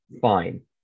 fine